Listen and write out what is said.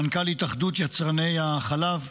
מנכ"ל התאחדות יצרני החלב,